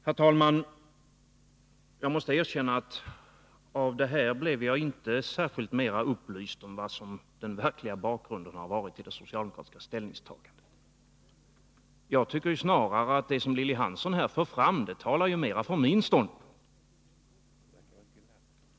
Herr talman! Jag måste erkänna att jag inte blev särskilt mer upplyst av Lilly Hanssons anförande om vad som varit den verkliga bakgrunden till det socialdemokratiska ställningstagandet. Jag tycker snarare att det som Lilly Hansson här för fram mer talar för min ståndpunkt.